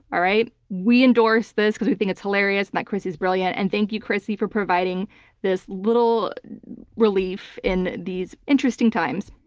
all right? we endorse this because we think it's hilarious and that kris is brilliant. and thank you krissy for providing this little relief in these interesting times.